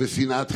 ושנאת חינם.